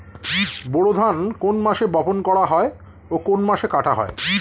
বোরো ধান কোন মাসে বপন করা হয় ও কোন মাসে কাটা হয়?